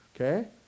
Okay